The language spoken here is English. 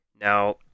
Now